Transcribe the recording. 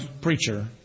preacher